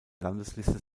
landesliste